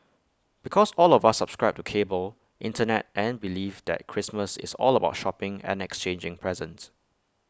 because all of us subscribe to cable Internet and belief that Christmas is all about shopping and exchanging presents